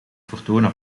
vertonen